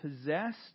possessed